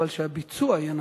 אבל שהביצוע יהיה נכון,